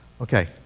Okay